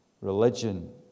Religion